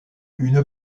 une